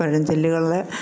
പഴഞ്ചൊല്ലുകൾ